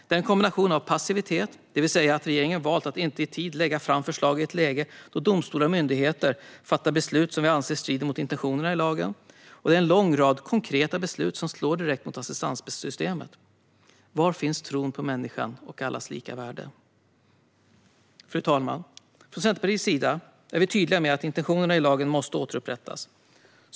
Det är en kombination av passivitet - det vill säga att regeringen har valt att inte i tid lägga fram förslag i ett läge då domstolar och myndigheter fattar beslut som vi anser strider mot intentionerna i LSS - och en lång rad konkreta beslut som slår direkt mot assistanssystemet. Var finns tron på människan och allas lika värde? Fru talman! Från Centerpartiets sida är vi tydliga med att intentionerna i lagen måste återupprättas.